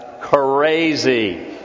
crazy